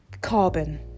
carbon